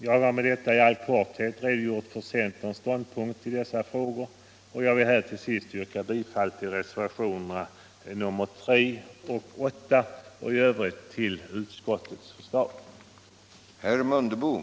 Jag har med detta i all korthet redogjort för centerns ståndpunkt i denna fråga, och jag vill här till sist yrka bifall till reservationerna 3 och 8 och i övrigt till utskottets hemställan.